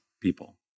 people